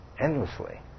endlessly